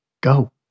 go